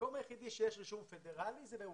המקום היחידי בו יש רישום פדרלי, זה בוושינגטון.